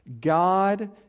God